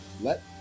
Let